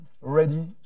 ready